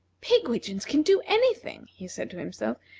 pigwidgeons can do any thing, he said to himself,